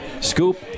Scoop